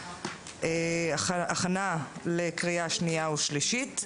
הכנה לקריאה שנייה ושלישית.